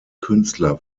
künstler